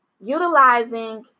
utilizing